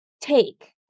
take